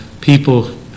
people